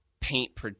Paint